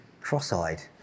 cross-eyed